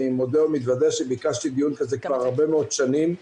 אני מודה ומתוודה שביקשתי דיון כזה כבר הרבה מאוד שנים.